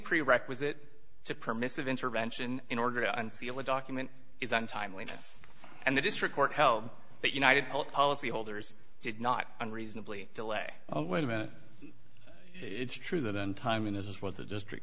prerequisite to permissive intervention in order to unseal a document is on timeliness and the district court held that united health policy holders did not unreasonably delay oh wait a minute it's true that in timing this is what the district